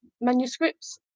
manuscripts